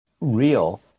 real